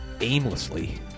aimlessly